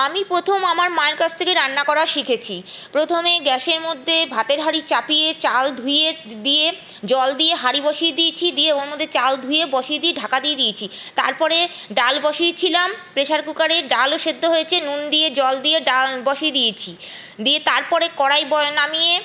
আমি প্রথম আমার মায়ের কাছ থেকেই রান্না করা শিখেছি প্রথমে গ্যাসের মধ্যে ভাতের হাঁড়ি চাপিয়ে চাল ধুয়ে দিয়ে জল দিয়ে হাঁড়ি বসিয়ে দিয়েছি দিয়ে ওর মধ্যে চাল ধুয়ে বসিয়ে দিয়ে ঢাকা দিয়ে দিয়েছি তারপরে ডাল বসিয়েছিলাম প্রেসার কুকারে ডালও সেদ্ধ হয়েছে নুন দিয়ে জল দিয়ে ডাল বসিয়ে দিয়েছি দিয়ে তারপরে কড়াই নামিয়ে